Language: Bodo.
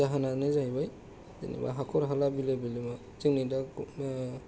जाहोनानो जाहैबाय जेनेबा हाखर हाला बिलो बिलोमा जोंनि दा